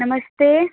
नमस्ते